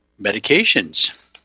medications